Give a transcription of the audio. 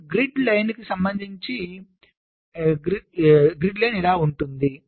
ఇప్పుడు గ్రిడ్ పంక్తికి సంబంధించి గ్రిడ్ లైన్ ఇప్పుడు ఇలా అవుతుంది